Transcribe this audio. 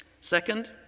Second